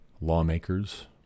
lawmakers